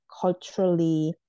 culturally